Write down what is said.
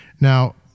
Now